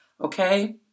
Okay